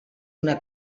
una